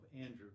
Andrew